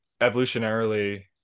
evolutionarily